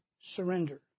surrender